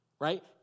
right